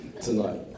tonight